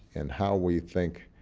in how we think